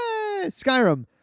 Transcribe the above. Skyrim